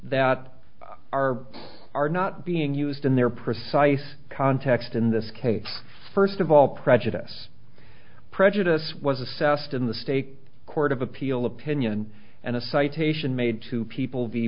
that are are not being used in their precise context in this case first of all prejudice prejudice was assessed in the state court of appeal opinion and a citation made to people